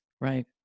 Right